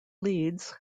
leeds